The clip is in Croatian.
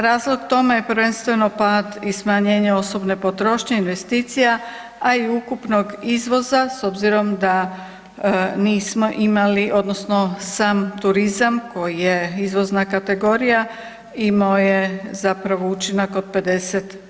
Razlog tome je prvenstveno pad i smanjenje osobne potrošnje investicija, a i ukupnog izvoza s obzirom da nismo imali, odnosno sam turizam koji je izvozna kategorija imao je zapravo učinak od 50%